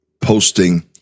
posting